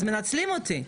אז מנצלים אותי.